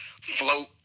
float